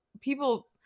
People